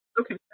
Okay